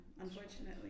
Unfortunately